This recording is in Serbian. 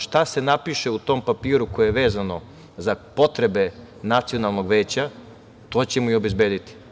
Šta se napiše u tom papiru koje je vezano za potrebe nacionalnog veća, to ćemo i obezbediti.